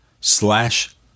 slash